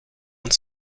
und